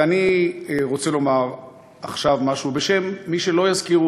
ואני רוצה לומר עכשיו משהו בשם מי שלא יזכירו